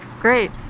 Great